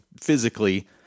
physically